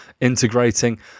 integrating